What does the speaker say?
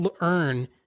earn